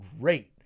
great